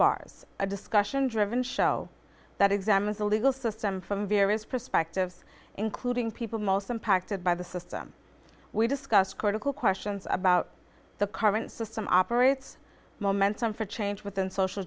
bars a discussion driven show that examines the legal system from various perspectives including people most impacted by the system we discuss critical questions about the current system operates momentum for change within social